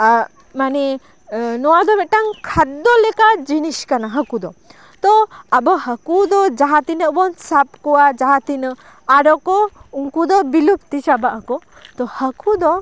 ᱟ ᱢᱟᱱᱮ ᱱᱚᱣᱟ ᱫᱚ ᱢᱤᱫᱴᱟᱝ ᱠᱷᱟᱫᱽᱫᱚ ᱞᱮᱠᱟᱱ ᱡᱤᱱᱤᱥ ᱠᱟᱱᱟ ᱦᱟᱹᱠᱩ ᱫᱚ ᱛᱳ ᱟᱵᱚ ᱦᱟᱹᱠᱩ ᱫᱚ ᱡᱟᱦᱟᱸ ᱛᱤᱱᱟᱹᱜ ᱵᱚᱱ ᱥᱟᱵ ᱠᱚᱣᱟ ᱡᱟᱦᱟᱸ ᱛᱤᱱᱟᱜ ᱟᱨᱚ ᱠᱚ ᱩᱱᱠᱩ ᱫᱚ ᱵᱤᱞᱩᱯᱛᱤ ᱪᱟᱵᱟᱜ ᱟᱠᱚ ᱛᱳ ᱦᱟᱹᱠᱩ ᱫᱚ